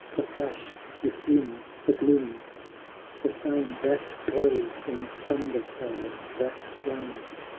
the flash within the gloom the same that glows in thunder-cloud that rains,